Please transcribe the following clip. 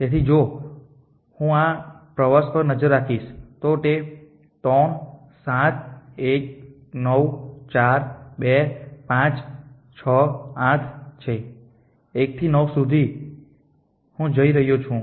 તેથી જો હું આ પ્રવાસ પર નજર નાખીશ તો તે 3 7 1 9 4 2 5 6 8 છે 1 થી 9 સુધી હું જઈ રહ્યો છું